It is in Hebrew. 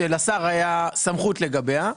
שלשר הייתה סמכות לגביה.